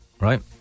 Right